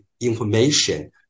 information